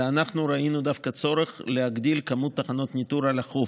אלא ראינו דווקא צורך להגדיל את מספר תחנות הניטור על החוף,